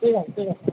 ঠিক আছে ঠিক আছে